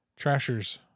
Trashers